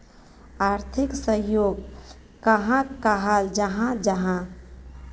आर्थिक सहयोग कहाक कहाल जाहा जाहा?